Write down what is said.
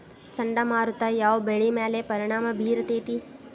ಚಂಡಮಾರುತ ಯಾವ್ ಬೆಳಿ ಮ್ಯಾಲ್ ಪರಿಣಾಮ ಬಿರತೇತಿ?